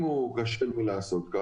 אם הוא לא עושה זאת,